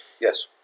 Yes